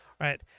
right